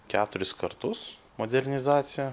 keturis kartus modernizaciją